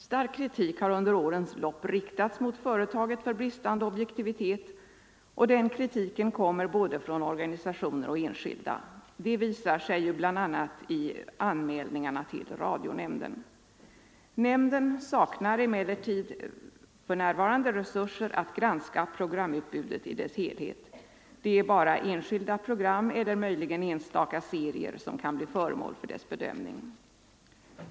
Stark kritik har under årens lopp riktats mot företaget för bristande objektivitet, och denna kritik kommer från både organisationer och enskilda. Det visar sig ju bl.a. i anmälningarna till radionämnden. Nämnden saknar emellertid resurser att granska programutbudet i dess helhet, det är bara enskilda program eller möjligen enstaka serier som kan bli föremål för dess bedömning.